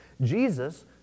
Jesus